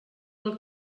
del